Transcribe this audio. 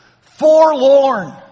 forlorn